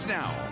now